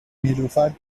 نیلوفر